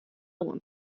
oan